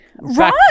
Right